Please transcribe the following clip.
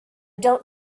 just